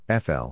FL